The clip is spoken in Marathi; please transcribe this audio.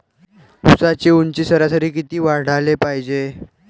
ऊसाची ऊंची सरासरी किती वाढाले पायजे?